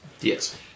yes